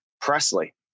Presley